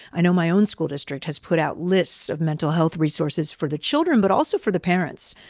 i know my own school district has put out lists of mental health resources for the children but also for the parents,